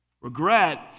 Regret